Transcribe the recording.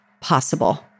possible